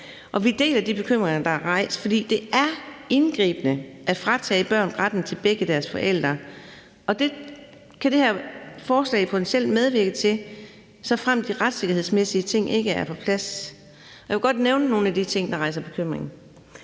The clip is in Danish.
vi deler de bekymringer, der er rejst, for det er indgribende at fratage børn retten til begge deres forældre. Og det kan det her forslag potentielt medvirke til, såfremt de retssikkerhedsmæssige ting ikke er på plads. Jeg kunne godt nævne nogle af de ting, der rejser bekymring.